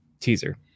teaser